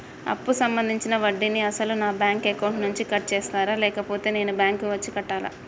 అప్పు సంబంధించిన వడ్డీని అసలు నా బ్యాంక్ అకౌంట్ నుంచి కట్ చేస్తారా లేకపోతే నేను బ్యాంకు వచ్చి కట్టాలా?